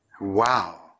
Wow